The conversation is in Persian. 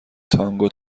تانگو